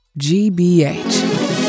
GBH